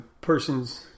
person's